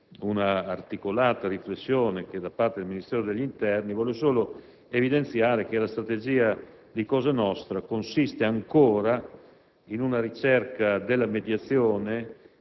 un'articolata riflessione svolta dal Ministero dell'interno, voglio evidenziare che la strategia di Cosa Nostra consiste ancora nella ricerca della mediazione,